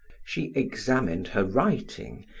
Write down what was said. she examined her writing,